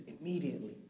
immediately